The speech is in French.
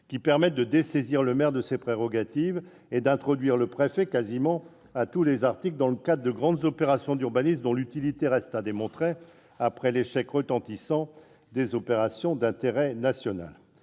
outils permettant de dessaisir le maire de ses prérogatives et d'introduire le préfet quasiment à tous les niveaux dans le cas de grandes opérations d'urbanisme, dont l'utilité reste à démontrer après l'échec retentissant des opérations d'intérêt national.